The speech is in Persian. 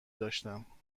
داشتم